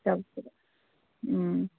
ꯇꯧꯁꯦꯕ ꯎꯝ